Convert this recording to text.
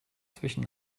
zwischen